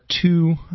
two